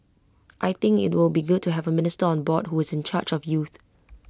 I think IT will be good to have A minister on board who is in charge of youth